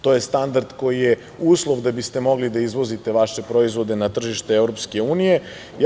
To je standard koji je uslov da biste mogli da izvozite vaše proizvode na tržište Evropske unije.